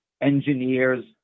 engineers